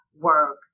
work